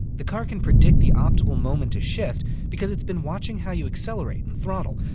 the car can predict the optimal moment to shift because it's been watching how you accelerate and throttle,